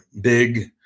big